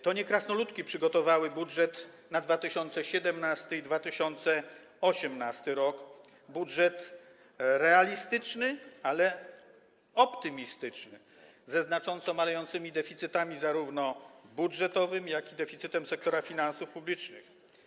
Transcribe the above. To nie krasnoludki przygotowały budżet na 2017 r. i 2018 r., budżet realistyczny, ale optymistyczny, ze znacząco malejącym zarówno deficytem budżetowym, jak i deficytem sektora finansów publicznych.